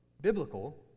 biblical